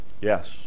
yes